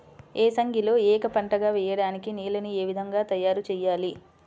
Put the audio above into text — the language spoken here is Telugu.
ఏసంగిలో ఏక పంటగ వెయడానికి నేలను ఏ విధముగా తయారుచేయాలి?